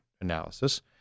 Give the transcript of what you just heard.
analysis